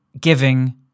giving